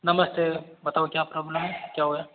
नमस्ते बताओ क्या प्रॉब्लम है क्या रहा है